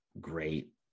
great